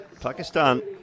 Pakistan